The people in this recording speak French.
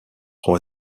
roi